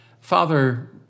Father